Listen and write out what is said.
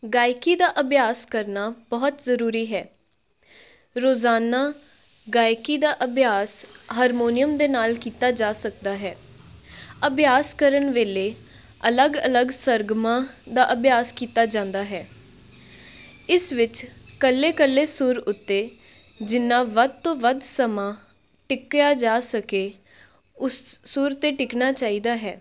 ਗਾਇਕੀ ਦਾ ਅਭਿਆਸ ਕਰਨਾ ਬਹੁਤ ਜ਼ਰੂਰੀ ਹੈ ਰੋਜ਼ਾਨਾ ਗਾਇਕੀ ਦਾ ਅਭਿਆਸ ਹਾਰਮੋਨੀਅਮ ਦੇ ਨਾਲ ਕੀਤਾ ਜਾ ਸਕਦਾ ਹੈ ਅਭਿਆਸ ਕਰਨ ਵੇਲੇ ਅਲੱਗ ਅਲੱਗ ਸਰਗਮਾਂ ਦਾ ਅਭਿਆਸ ਕੀਤਾ ਜਾਂਦਾ ਹੈ ਇਸ ਵਿੱਚ ਇਕੱਲੇ ਇਕੱਲੇ ਸੁਰ ਉੱਤੇ ਜਿੰਨਾ ਵੱਧ ਤੋਂ ਵੱਧ ਸਮਾਂ ਟਿਕਿਆ ਜਾ ਸਕੇ ਉਸ ਸੁਰ 'ਤੇ ਟਿਕਣਾ ਚਾਹੀਦਾ ਹੈ